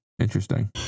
Interesting